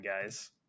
guys